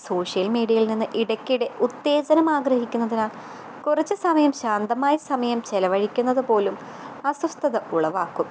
social മീഡ്യയിൽനിന്ന് ഇടയ്ക്കിടെ ഉത്തേജനമാഗ്രഹിക്കുന്നതിനാൽ കുറച്ചുസമയം ശാന്തമായി സമയം ചെലവഴിക്കുന്നതുപോലും അസ്വസ്ഥത ഉളവാക്കും